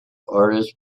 artists